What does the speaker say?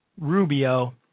Rubio